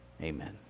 Amen